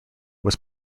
was